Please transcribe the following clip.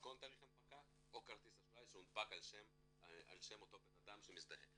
תאריך הנפקה של דרכון או כרטיס אשראי שהונפק על שם אותו אדם שמזדהה.